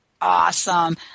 Awesome